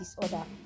disorder